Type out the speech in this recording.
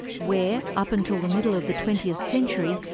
where, up until the middle of the twentieth century,